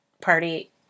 Party